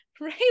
right